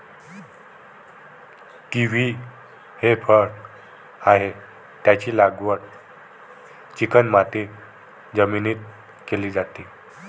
kiwi हे फळ आहे, त्याची लागवड चिकणमाती जमिनीत केली जाते